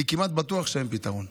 אני כמעט בטוח שאין פתרון,